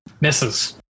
Misses